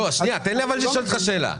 אבל תן לי לשאול אותך שאלה.